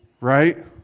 right